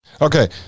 okay